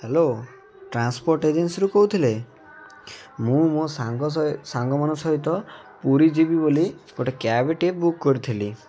hello transport ଏଜେନ୍ସିରୁ କହୁଥିଲେ ମୁଁ ମୋ ସାଙ୍ଗ ସ ସାଙ୍ଗମାନଙ୍କ ସହିତ ପୁରୀ ଯିବି ବୋଲି ଗୋଟେ କ୍ୟାବଟିଏ ବୁକ୍ କରିଥିଲି